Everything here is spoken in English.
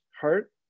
heart